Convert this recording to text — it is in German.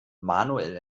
manuel